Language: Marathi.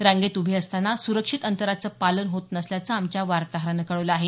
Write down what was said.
रांगेत उभे असताना सुरक्षित अंतराचं पालन होत नसल्याचं आमच्या वार्ताहरानं कळवलं आहे